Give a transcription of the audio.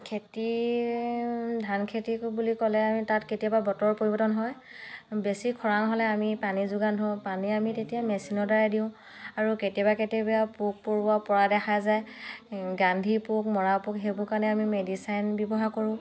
খেতি ধান খেতিটো বুলি ক'লে আমি তাত কেতিয়াবা বতৰৰপৰিৱৰ্তন হয় বেছি খৰাং হ'লে আমি পানী যোগান ধৰোঁ পানী আমি তেতিয়া মেচিনৰ দ্বাৰাই দিওঁ আৰু কেতিয়াবা কেতিয়াবা পোক পৰুৱা পৰা দেখা যায় গান্ধী পোক মৰা পোক সেইবোৰ কাৰণে আমি মেডিচাইন ব্যৱহাৰ কৰোঁ